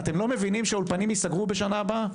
אתם לא מבינים שהאולפנים ייסגרו בשנה הבאה.